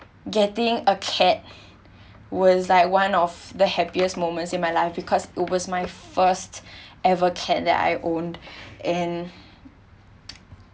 getting a cat was like one of the happiest moments in my life because it was my first ever cat that I owned and